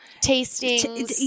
tasting